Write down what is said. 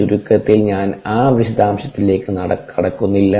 ചുരുക്കത്തിൽ ഞാൻ ആ വിശദാംശങ്ങളിലേക്ക് കടക്കുന്നില്ല